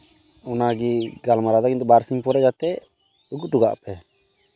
ᱚᱱᱟᱜᱮ ᱜᱟᱞᱢᱟᱨᱟᱣᱫᱟ ᱤᱧᱫᱚ ᱵᱟᱨᱥᱤᱧ ᱯᱚᱨᱮ ᱡᱟᱛᱮ ᱟᱹᱜᱩ ᱦᱚᱴᱚ ᱠᱟᱜ ᱯᱮ